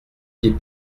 des